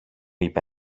είπε